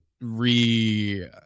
re